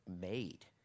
made